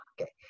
okay